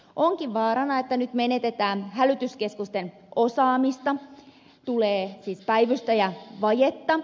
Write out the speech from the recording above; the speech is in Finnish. onkin vaarana että nyt menetetään hälytyskeskusten osaamista tulee siis päivystäjävajetta